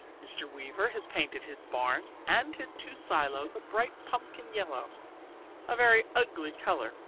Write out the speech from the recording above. mr. weaver has painted his barn and his two silos a bright pumpkin yellow a very ugly colour,